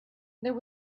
there